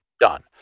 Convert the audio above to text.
done